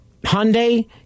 Hyundai